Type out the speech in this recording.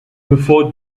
before